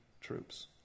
troops